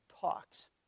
talks